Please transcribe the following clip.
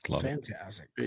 fantastic